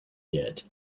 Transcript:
yet